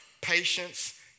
patience